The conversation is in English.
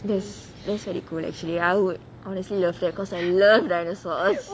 that's that's very cool actually I would honestly love that because I love dinosaurs